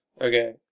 Okay